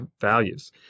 values